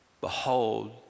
Behold